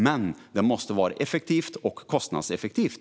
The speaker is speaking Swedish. Men det måste vara effektivt och kostnadseffektivt.